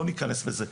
לא ניכנס לזה,